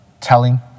telling